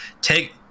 take